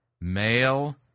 male